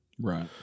right